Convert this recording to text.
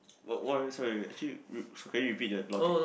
what what were you sorry actually can you repeat that logic